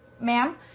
ma'am